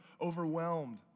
overwhelmed